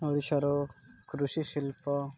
ଓଡିଶାର କୃଷିଶିଳ୍ପ